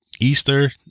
easter